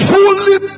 Fully